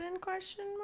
question